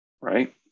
right